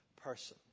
person